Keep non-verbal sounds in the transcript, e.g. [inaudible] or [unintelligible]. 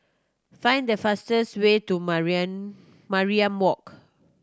find the fastest way to [unintelligible] Mariam Walk